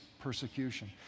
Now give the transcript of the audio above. persecution